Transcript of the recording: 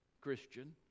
Christian